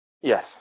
Yes